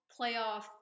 playoff